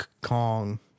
Kong